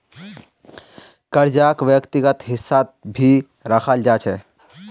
कर्जाक व्यक्तिगत हिस्सात भी रखाल जा छे